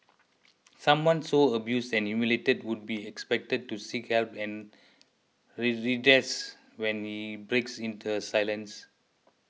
someone so abused and humiliated would be expected to seek help and redress when she breaks in her silence